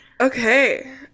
Okay